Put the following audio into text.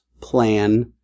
plan